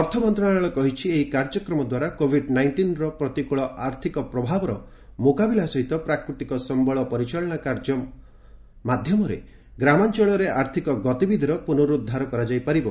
ଅର୍ଥ ମନ୍ତ୍ରଣାଳୟ କହିଛି ଏହି କାର୍ଯ୍ୟକ୍ରମ ଦ୍ୱାରା କୋଭିଡ୍ ନାଇଷ୍ଟିନ୍ର ପ୍ରତିକୂଳ ଆର୍ଥିକ ପ୍ରଭାବର ମୁକାବିଲା ସହିତ ପ୍ରାକୃତିକ ସମ୍ଭଳ ପରିଚାଳନା କାର୍ଯ୍ୟ ମାଧ୍ୟମରେ ଗ୍ରାମାଞ୍ଚଳରେ ଆର୍ଥିକ ଗତିବିଧିର ପୁନରୁଦ୍ଦଦ୍ଧାର କରାଯାଇ ପାରିବ